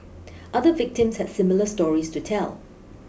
other victims had similar stories to tell